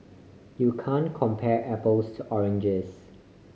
you can compare apples to oranges